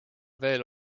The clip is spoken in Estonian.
veel